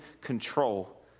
control